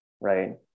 Right